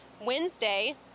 Wednesday